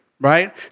Right